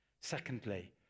Secondly